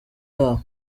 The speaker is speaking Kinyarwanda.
yabo